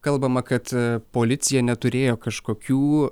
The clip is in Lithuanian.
kalbama kad policija neturėjo kažkokių